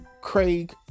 Craig